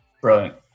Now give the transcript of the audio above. brilliant